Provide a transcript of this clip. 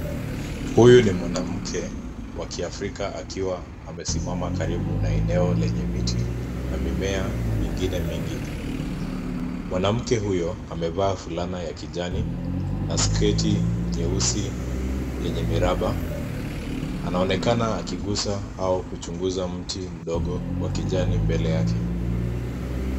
Huyu ni mwanamke wa kiafrika akiwa amesimama karibu na eneo lenye miti na mimea mingine mingi. Mwanamke huyo amevaa fulana ya kijani na sketi nyeusi yenye miraba, anaonekana akigusa au kuchunguza mti mdogo wa kijani mbele yake.